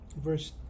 verse